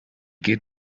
geht